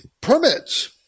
permits